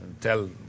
tell